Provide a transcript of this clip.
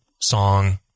song